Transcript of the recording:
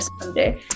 Sunday